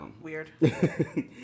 Weird